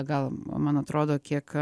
gal man atrodo kiek